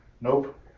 Nope